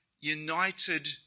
united